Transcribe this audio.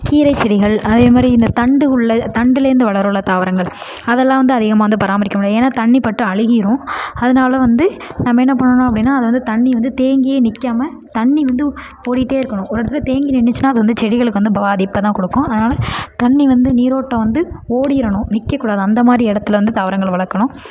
கீரைச் செடிகள் அதேமாதிரி இந்த தண்டு உள்ள தண்டுலேருந்து வளருமில்ல தாவரங்கள் அதெல்லாம் வந்து அதிகமாக வந்து பராமரிக்க முடியாது ஏன்னா தண்ணி பட்டு அழுகிடும் அதனால வந்து நம்ம என்ன பண்ணணும் அப்படின்னா அதை வந்து தண்ணி வந்து தேங்கியே நிற்காம தண்ணி வந்து ஓடிகிட்டே இருக்கணும் ஒரு இடத்துல தேங்கி நின்றுச்சின்னா அது வந்து செடிகளுக்கு வந்து பாதிப்பை தான் கொடுக்கும் அதனால தண்ணி வந்து நீரோட்டம் வந்து ஓடிடணும் நிற்கக்கூடாது அந்தமாதிரி இடத்துல வந்து தாவரங்கள் வளர்க்கணும்